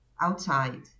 outside